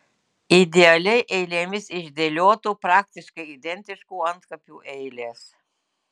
idealiai eilėmis išdėliotų praktiškai identiškų antkapių eilės